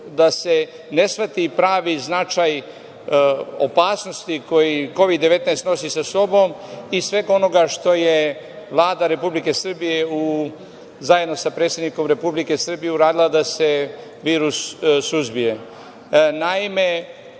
da se ne shvata pravi značaj opasnosti koju Kovid – 19 nosi sa sobom i svega onoga što je Vlada Republike Srbije, zajedno sa predsednikom Republike Srbije, uradila da se virus suzbije. Naime,